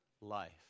life